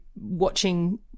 watching